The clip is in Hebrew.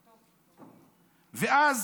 ואז,